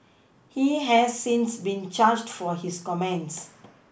he has since been charged for his comments